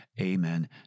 amen